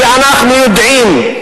כי אנחנו יודעים,